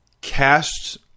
cast